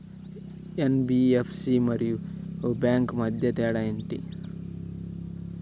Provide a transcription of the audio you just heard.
NBFC మరియు bank మధ్య తేడా ఏమిటి?